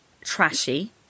trashy